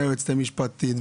מהיועצת המשפטית,